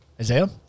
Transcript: Isaiah